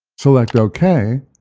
select ok,